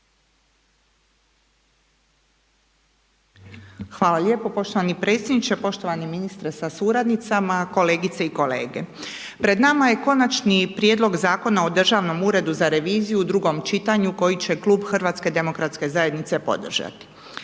Hvala lijepo poštovani predsjedniče, poštovani ministre sa suradnicama, kolegice i kolege. Pred nama je Konačni prijedlog Zakona o Državnom uredu za reviziju u drugom čitanju koji će klub HDZ-a podržati.